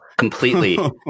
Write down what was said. Completely